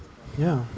ya